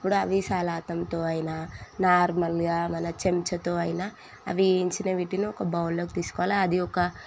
అప్పుడు అవి సలాతంతో అయినా నార్మల్గా మన చెంచాతో అయినా ఆ వేయించిన వీటిలో ఒక బౌల్లోకి తీసుకోవాలి అది ఒక